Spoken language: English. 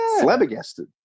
flabbergasted